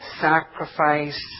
sacrifice